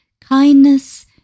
kindness